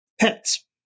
Pets